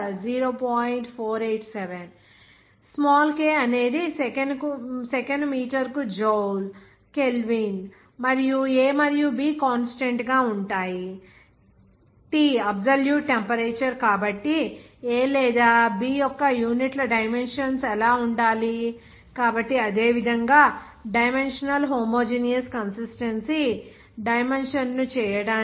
487 ఇక్కడ k అనేది second మీటర్కు జౌల్ కెల్విన్ మరియు A మరియు B కాన్స్టాంట్ గా ఉంటాయి కాబట్టి T అబ్సొల్యూట్ టెంపరేచర్ కాబట్టి A లేదా B యొక్క యూనిట్ల డైమెన్షన్స్ ఎలా ఉండాలి కాబట్టి అదే విధంగా డైమెన్షనల్ హూమోజేనియస్ కన్సిస్టెన్సీ డైమెన్షన్ చేయడానికి